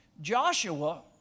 Joshua